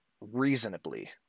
reasonably